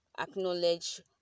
acknowledge